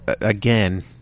again